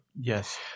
Yes